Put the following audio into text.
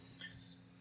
Yes